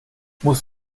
muss